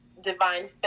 divine